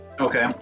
Okay